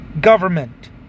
government